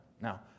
Now